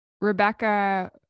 Rebecca